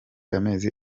amezi